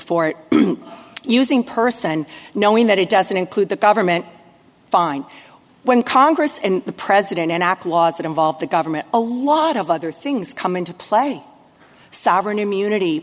for using person knowing that it doesn't include the government fine when congress and the president and act laws that involve the government a lot of other things come into play sovereign immunity